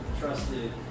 trusted